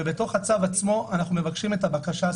ובתוך הצו עצמו אנחנו מבקשים את הבקשה הספציפית.